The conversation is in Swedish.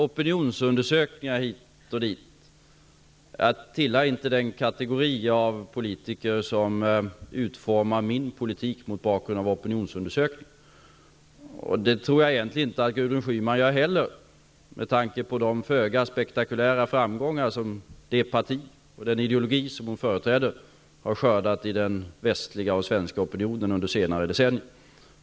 Opinionsundersökningar hit och dit -- jag tillhör inte den kategori av politiker som utformar sin politik mot bakgrund av opinionsundersökningar. Jag tror egentligen inte att Gudrun Schyman heller gör det, med tanke på de föga spektakulära framgångar det parti och den ideologi som hon företräder har skördat i den västliga och svenska opinionen under senare decennier.